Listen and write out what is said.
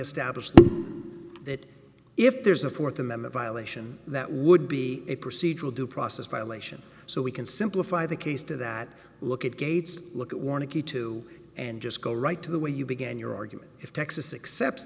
established that if there's a fourth amendment violation that would be a procedural due process violation so we can simplify the case to that look at gates look at war nicky to and just go right to the way you began your argument if texas except